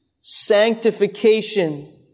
sanctification